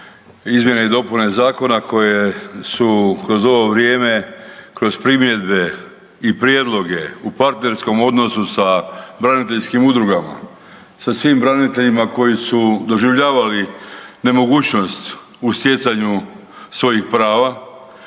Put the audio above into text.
izmjene i dopune zakona koje su kroz ovo vrijeme kroz primjedbe i prijedloge u partnerskom odnosu sa braniteljskim udrugama, sa svim braniteljima koji su doživljavali nemogućnost u stjecanju svojih prava,